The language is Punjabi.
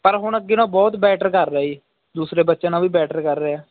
ਪਰ ਹੁਣ ਅੱਗੇ ਨਾ ਬਹੁਤ ਬੈਟਰ ਕਰ ਰਿਹਾ ਜੀ ਦੂਸਰੇ ਬੱਚਿਆਂ ਨਾਲ ਵੀ ਬੈਟਰ ਕਰ ਰਿਹਾ